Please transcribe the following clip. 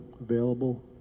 available